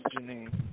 Janine